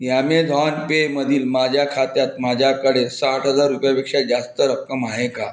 Amazon पेमधील माझ्या खात्यात माझ्याकडे साठ हजार रुपयापेक्षा जास्त रक्कम आहे का